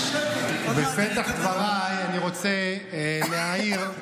בפתח דבריי אני רוצה להעיר,